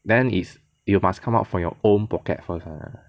then is you must come out from your own pocket at first [one] leh